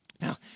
Now